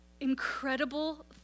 incredible